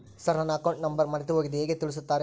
Sir ನನ್ನ account number ಮರೆತುಹೋಗಿದೆ ಹೇಗೆ ತಿಳಿಸುತ್ತಾರೆ?